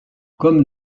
comme